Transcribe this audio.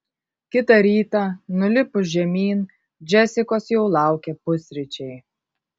kitą rytą nulipus žemyn džesikos jau laukė pusryčiai